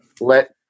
let